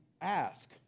ask